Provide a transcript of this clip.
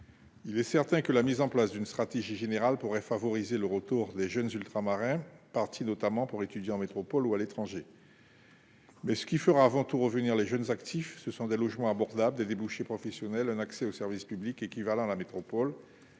Il est certain qu'une stratégie générale pourrait favoriser le retour des jeunes Ultramarins partis, notamment pour étudier, en métropole ou à l'étranger. Mais ce qui fera avant tout revenir les jeunes actifs, ce sont des logements abordables, des débouchés professionnels et un accès aux services publics équivalent à celui